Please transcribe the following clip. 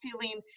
feeling